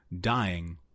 Dying